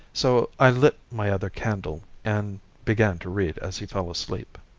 so i lit my other candle, and began to read as he fell asleep.